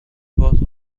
was